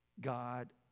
God